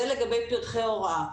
זה לגבי פרחי הוראה.